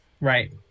right